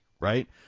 right